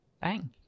Bang